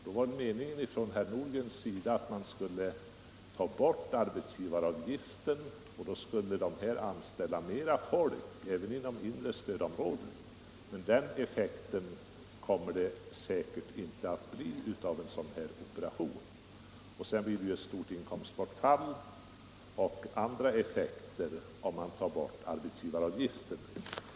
Herr Nordgren menar ju att man skulle slopa arbetsgivaravgiften — då skulle företagen anställa mer folk även inom det inre stödområdet. Men den effekten kommer en sådan operation säkert inte att få. Däremot får man ett stort inkomstbortfall för staten och en del andra effekter, om man tar bort arbetsgivaravgiften.